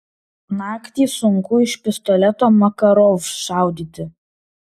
naktį sunku iš pistoleto makarov šaudyti